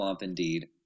indeed